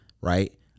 right